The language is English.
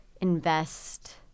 invest